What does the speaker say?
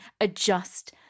adjust